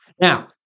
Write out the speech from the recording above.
Now